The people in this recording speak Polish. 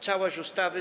Całość ustawy.